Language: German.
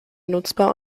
nutzbar